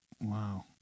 wow